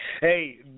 Hey